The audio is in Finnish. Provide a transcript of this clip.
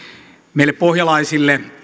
meille pohjalaisille